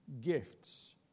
gifts